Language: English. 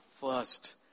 first